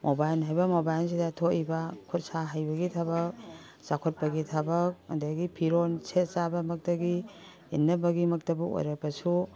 mobile ꯍꯥꯏꯕ ꯃꯣꯕꯥꯏꯜꯁꯤꯗ ꯊꯣꯛꯏꯕ ꯈꯨꯠ ꯁꯥ ꯍꯩꯕꯒꯤ ꯊꯕꯛ ꯆꯥꯎꯈꯠꯄꯒꯤ ꯊꯕꯛ ꯑꯗꯒꯤ ꯐꯤꯔꯣꯟ ꯁꯦꯠ ꯆꯥꯕ ꯃꯛꯇꯒꯤ ꯏꯟꯅꯕꯒꯤꯃꯛꯇꯒꯤ ꯑꯣꯏꯔꯕꯁꯨ